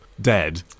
dead